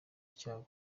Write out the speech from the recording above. cyabo